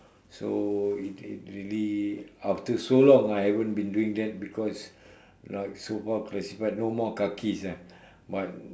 so it it really after so long I haven't been doing that because like so far classified no more kakis ah but